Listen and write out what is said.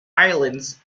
islands